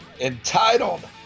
entitled